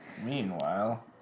Meanwhile